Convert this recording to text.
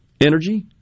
energy